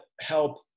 help